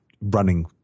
running